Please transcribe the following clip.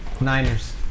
Niners